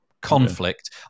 conflict